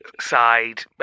side